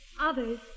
Others